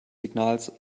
signals